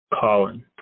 Colin